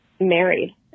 married